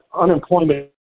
unemployment